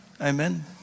Amen